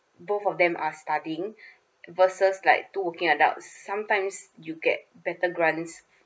both of them are studying versus like two working adults sometimes you get better grants